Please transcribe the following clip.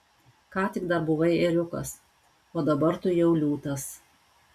ką tik dar buvai ėriukas o dabar tu jau liūtas